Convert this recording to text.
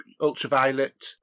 ultraviolet